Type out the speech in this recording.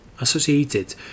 associated